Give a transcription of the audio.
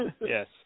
Yes